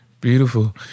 Beautiful